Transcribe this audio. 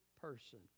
person